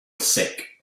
sick